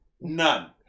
None